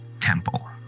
temple